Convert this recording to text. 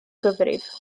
gyfrif